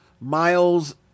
Miles